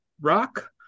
rock